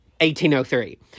1803